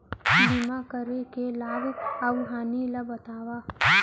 बीमा करे के लाभ अऊ हानि ला बतावव